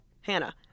Hannah